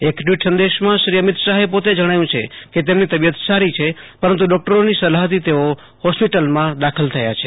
એક ટ્વિટ સંદેશમાં શ્રી અમિત શાહે પોતે જણાવ્યું છે કે તેમની તબિયત સારી છે પરંતુ ડોકટરોની સલાહથી તેઓ હોસ્પિટલમાં દાખલ થયા છે